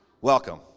Welcome